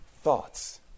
thoughts